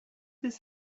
this